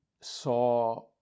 saw